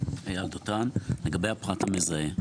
לגבי הפרט המזהה: